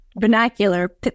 vernacular